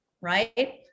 right